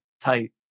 tight